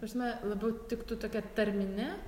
ta prasme labiau tiktų tokia tarmine